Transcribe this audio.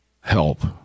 help